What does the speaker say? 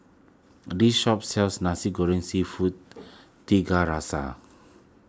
this shop sells Nasi Goreng Seafood Tiga Rasa